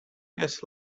yes